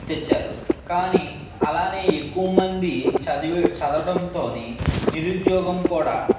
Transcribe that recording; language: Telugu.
తెచ్చారు కానీ అలానే ఎక్కువ మంది చదివి చదవడంతోని నిరుద్యోగం కూడా